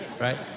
right